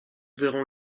verrons